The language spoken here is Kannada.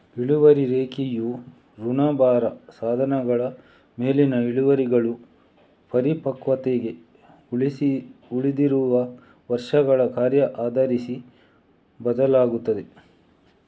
ಇಳುವರಿ ರೇಖೆಯು ಋಣಭಾರ ಸಾಧನಗಳ ಮೇಲಿನ ಇಳುವರಿಗಳು ಪರಿಪಕ್ವತೆಗೆ ಉಳಿದಿರುವ ವರ್ಷಗಳ ಕಾರ್ಯ ಆಧರಿಸಿ ಬದಲಾಗುತ್ತದೆ